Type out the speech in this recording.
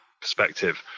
perspective